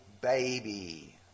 baby